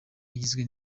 igizwe